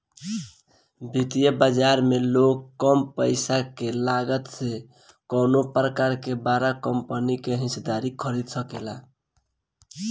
वित्तीय बाजार में लोग कम पईसा के लागत से कवनो प्रकार के बड़ा कंपनी के हिस्सेदारी खरीद सकेला